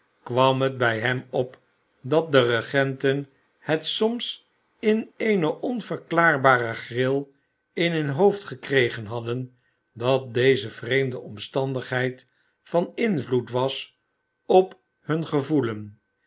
kwam t bij hem op dat de regenten het soms in eene onverklaarbare gril in hun hoofd gekregen hadden dat deze vreemde omstandigheid van invloed was op hun gevoelen